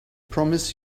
promise